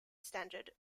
standard